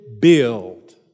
build